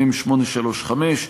מ/835,